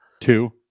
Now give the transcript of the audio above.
Two